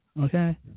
Okay